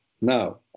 now